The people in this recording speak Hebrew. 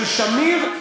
של שמיר,